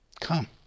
come